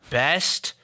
best